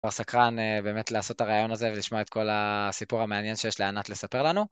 אבל סקרן באמת לעשות הרעיון הזה ולשמוע את כל הסיפור המעניין שיש לענת לספר לנו.